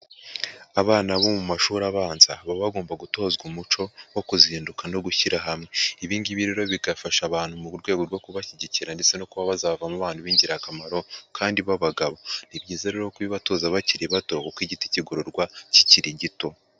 Abana bo mu mashuri abanza baba bagomba gutozwa umuco wo kuzinduka no gushyira hamwe. Ibi ngibi rero bigafasha abantu mu rwego rwo kubashyigikira ndetse no kuba bazavamo abantu b'ingirakamaro kandi b'abagabo. Ni byiza rero kubibatoza bakiri bato kuko igiti kigororwa kikiri gito.